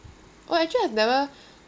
oh actually I've never